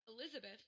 Elizabeth